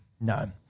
No